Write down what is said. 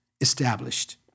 established